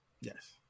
Yes